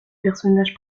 personnage